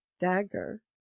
dagger